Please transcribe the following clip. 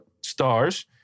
stars